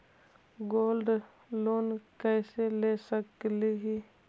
Gold loan कैसे ले सकली हे?